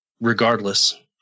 regardless